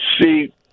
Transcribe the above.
see